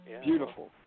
Beautiful